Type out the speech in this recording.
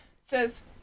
says